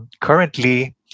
currently